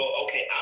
okay